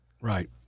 Right